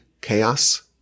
chaos